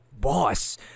boss